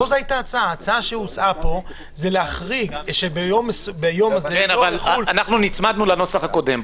ההצעה הייתה שביום זה לא יחול --- אנחנו נצמדנו לנוסח הקודם.